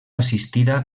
assistida